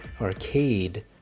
arcade